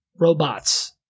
robots